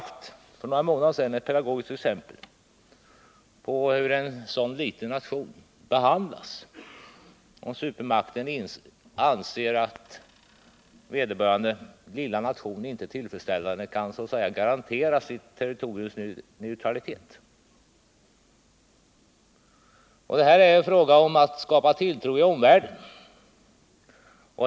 För några månader sedan fick vi ett pedagogiskt exempel, som visar hur en liten nation behandlas, om supermakten anser att den lilla nationen inte tillfredsställande kan så att säga garantera sitt territoriums neutralitet. Här är det fråga om att skapa tilltro i omvärlden.